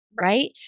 Right